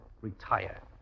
retire